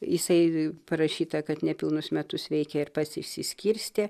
jisai parašyta kad nepilnus metus veikė ir pats išsiskirstė